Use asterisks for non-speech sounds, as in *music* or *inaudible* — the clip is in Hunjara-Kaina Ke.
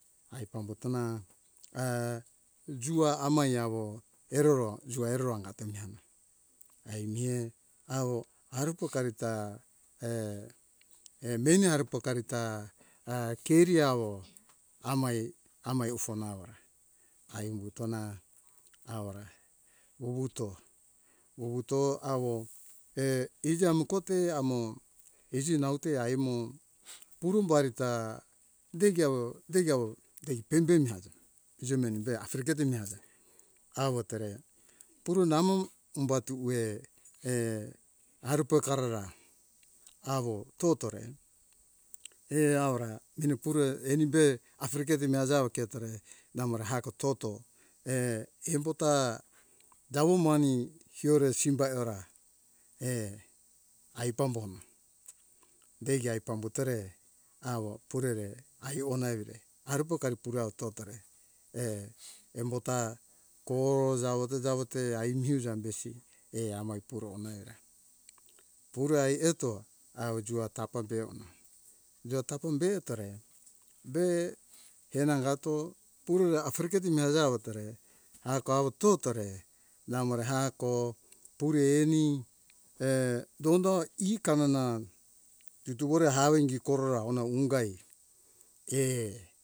Ai pambutona a jua amai awo eroro jua eroro angato mihena ai mihe awo aru pokarita *hesitation* meni aru pokari ta e keriawo amae amae ufa nahora ai humbutona aura wuwuto wuwuto awo *hesitation* iji amo kote amo iji naute aimo porum barita deigi awo deigi awo pembemi aja iji menibe afiriketo mi aza awo tere poru namo umbatuwe *hesitation* arufo karara avo totore he awora meni pure anibe afiriketo mi azao ketore namora hako toto *hesitation* imbota jawo moani hiore simbae eora *hesitation* aipambohona deigi aipambutore awo purere aiuhona evire arupokari puro awo totare *hesitation* embo ta koro jawoto jawote aimi huja besi e amai puro hona era puro ai eto awo jiwai tapa behona de be tore henangato purore afuruketo umo ima jawotore ako auwo totore namore hako pure eni *hesitation* dondo ekananan tutuhore awo ingi koroha korea ungai *hesitation*